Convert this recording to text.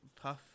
puff